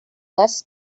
less